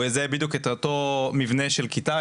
הוא יזהה בדיוק את אותו מבנה של כיתה,